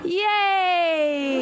yay